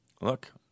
Look